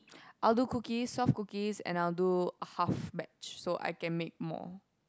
I'll do cookies soft cookies and I'll do half batch so I can make more